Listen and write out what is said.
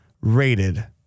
rated